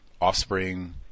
offspring